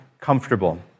comfortable